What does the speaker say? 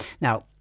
now